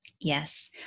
Yes